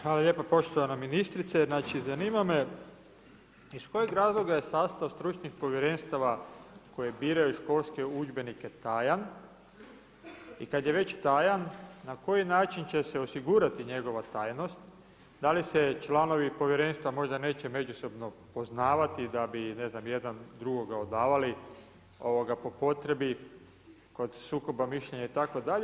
Hvala lijepo, poštovana ministrice, znači zanima me iz kojeg razloga je sastav stručnih povjerenstava koje biraju školske udžbenike tajan i kada je već tajan, na koji način će se osigurati njegova tajnost, da li se članovi povjerenstva možda neće međusobno poznavati, da bi jedan drugoga odavali, po potrebi o sukobu mišljenja itd.